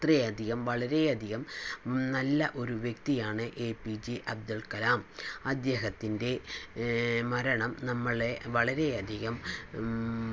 അത്രയധികം വളരെയധികം നല്ല ഒരു വ്യക്തിയാണ് എ പി ജെ അബ്ദുൾകലാം അദ്ദേഹത്തിൻ്റെ മരണം നമ്മളെ വളരെയധികം